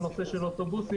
על נושא של אוטובוסים.